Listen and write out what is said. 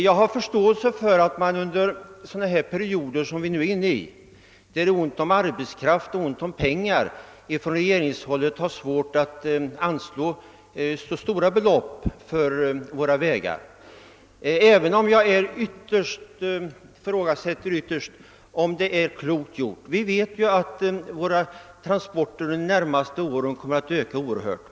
Jag har förståelse för att man under sådana perioder som vi nu är inne i, när det är ont om arbetskraft och ont om pengar, från regeringshåll har svårt att anslå stora belopp till våra vägar, även om jag ytterst ifrågasätter, om detta är klokt gjort. Vi vet ju att våra transporter under de närmaste åren kommer att öka oerhört.